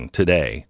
today